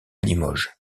limoges